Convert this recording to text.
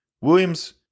Williams